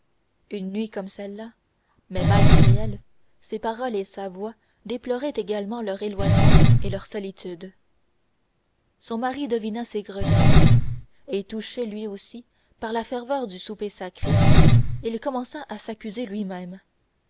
une nuit comme celle-là mais malgré elle ses paroles et sa voix déploraient également leur éloignement et leur solitude son mari devina ses regrets et touché lui aussi par la ferveur du soir sacré il commença à s'accuser lui-même